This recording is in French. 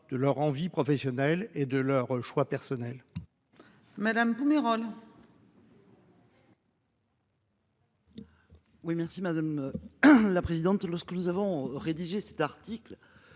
de leur envies professionnelles et de leur choix personnel. Madame Pumerole. Oui merci madame. La présidente lorsque nous avons rédigé cet article.